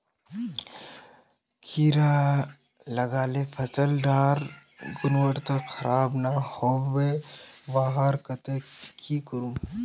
कीड़ा लगाले फसल डार गुणवत्ता खराब ना होबे वहार केते की करूम?